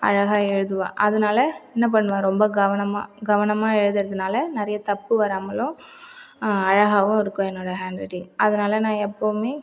அழகாக எழுதுவேன் அதனால் என்ன பண்ணுவேன் ரொம்ப கவனமாக கவனமாக எழுதுறதுனால் நிறைய தப்பு வராமலும் அழகாகவும் இருக்கும் என்னோட ஹண்ட் ரைடிங் அதனால் நான் எப்பவுமே